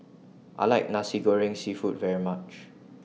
I like Nasi Goreng Seafood very much